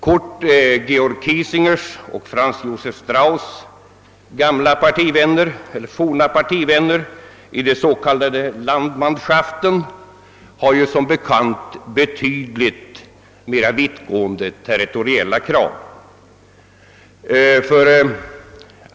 Kurt Georg Kiesingers och Franz Josef Strauss” forna partivänner i de s.k. »Landmannschaften» har som bekant betydligt mera vittgående territoriella krav.